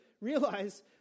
realize